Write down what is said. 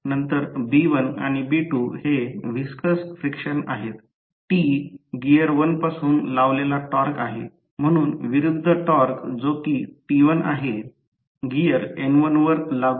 तर जरी स्टेटर मध्ये स्टील फ्रेम असते मी सांगितले की एकत्र बांधलेल्या लॅमिनेशन्स पासून बनलेला पोकळ दंडगोलाकार आहे तो येथे आहे आणि हा स्टील चा भाग आहे